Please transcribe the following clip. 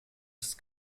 ist